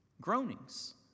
Groanings